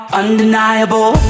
undeniable